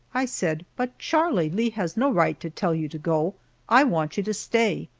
i said, but, charlie, lee has no right to tell you to go i want you to stay.